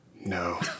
No